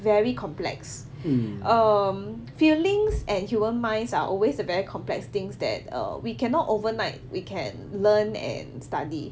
very complex um feelings and human minds are always a very complex things that are we cannot overnight we can learn and study